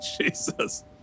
Jesus